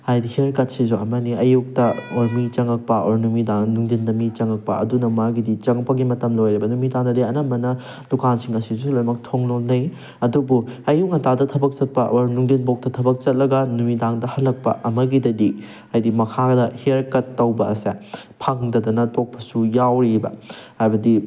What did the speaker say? ꯍꯥꯏꯗꯤ ꯍꯤꯌꯥꯔ ꯀꯠꯁꯤꯁꯨ ꯑꯃꯅꯤ ꯑꯌꯨꯛꯇ ꯑꯣꯔ ꯃꯤ ꯆꯪꯉꯛꯄ ꯑꯣꯔ ꯅꯨꯃꯤꯗꯥꯡ ꯅꯨꯡꯗꯤꯟꯗ ꯃꯤ ꯆꯪꯉꯛꯄ ꯑꯗꯨꯅ ꯃꯥꯒꯤꯗꯤ ꯆꯪꯉꯛꯄꯒꯤ ꯃꯇꯝ ꯂꯣꯏꯔꯦꯕ ꯅꯨꯃꯤꯗꯥꯥꯥꯥꯥꯡꯗꯗꯤ ꯑꯅꯝꯕꯅ ꯗꯨꯀꯥꯟꯁꯤꯡ ꯑꯁꯤꯁꯨ ꯊꯣꯡ ꯂꯣꯟꯅꯩ ꯑꯗꯨꯕꯨ ꯑꯌꯨꯛ ꯉꯟꯇꯥꯗ ꯊꯕꯛ ꯆꯠꯄ ꯑꯣꯔ ꯅꯨꯡꯊꯤꯜꯐꯧꯗ ꯊꯕꯛ ꯆꯠꯂꯒ ꯅꯨꯃꯤꯗꯥꯡꯗ ꯍꯜꯂꯛꯄ ꯑꯃꯒꯤꯗꯗꯤ ꯍꯥꯏꯗꯤ ꯃꯈꯥꯗ ꯍꯤꯌꯥꯔ ꯀꯠ ꯇꯧꯕ ꯑꯁꯦ ꯐꯪꯗꯗꯅ ꯇꯣꯛꯄꯁꯨ ꯌꯥꯎꯔꯤꯕ ꯍꯥꯏꯕꯗꯤ